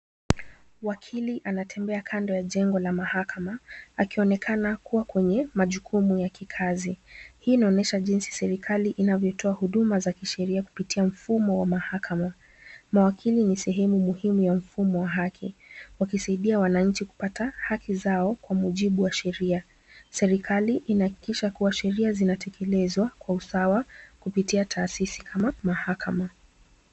Wakili anatembea kando ya jengo la mahakama, akionekana kuwa kwenye majukumu ya kikazi. Hii inaonyesha jinsi serikali inavyotoa huduma za kisheria kupitia mfumo wa mahakama. Mawakili ni sehemu muhimu ya mfumo wa haki wakisaidia wananchi kupata haki zao kwa mujibu wa sheria. Serikali inahakikisha kuwa sheria zinatekelezwa kwa usawa kupitia taasisi kama mahakama.